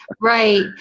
Right